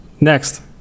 Next